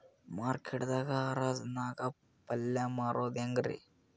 Market ದಾಗ್ ಹರಾಜ್ ನಾಗ್ ಪಲ್ಯ ಮಾರುದು ಹ್ಯಾಂಗ್ ರಿ?